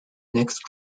next